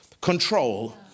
control